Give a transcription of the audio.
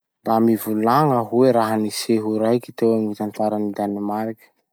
Mba mivolagna hoe raha-niseho raiky teo amy gny tantaran'i Danmark?